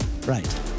Right